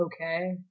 okay